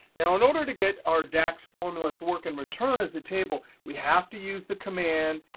now, in order to get our dax formula to work and return as a table, we have to use the command,